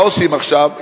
מה עושים עכשיו?